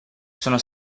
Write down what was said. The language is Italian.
sono